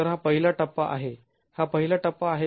तर हा पहिला टप्पा आहे हा पहिला टप्पा आहे